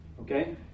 Okay